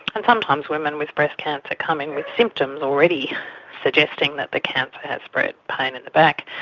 and sometimes women with breast cancer come in with symptoms already suggesting that the cancer has spread pain in the back,